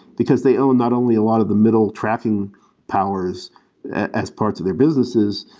because they own not only a lot of the middle tracking powers as parts of their businesses.